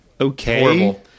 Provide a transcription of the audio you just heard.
okay